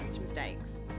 mistakes